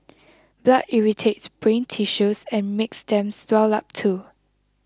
blood irritates brain tissues and makes them swell up too